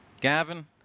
Gavin